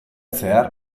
zehar